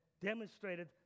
demonstrated